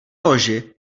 loži